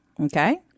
Okay